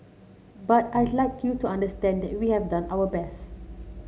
but I'd like you to understand that we have done our best